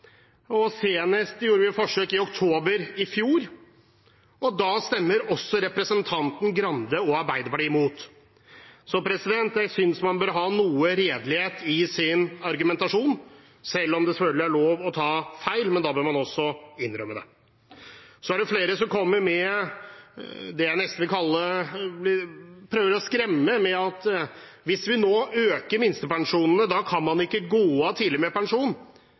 Senest gjorde vi forsøk i oktober i fjor, og da stemte også representanten Grande og Arbeiderpartiet imot. Jeg synes man bør ha noe redelighet i sin argumentasjon, selv om det selvfølgelig er lov til å ta feil, men da bør man også innrømme det. Det er flere som kommer med det jeg nesten vil kalle å prøve å skremme med at hvis vi nå øker minstepensjonene, kan man ikke gå av tidlig med pensjon.